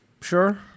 Sure